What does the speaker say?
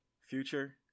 Future